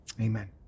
amen